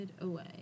away